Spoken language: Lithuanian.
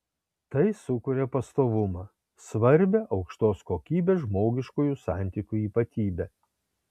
tai sukuria pastovumą svarbią aukštos kokybės žmogiškųjų santykių ypatybę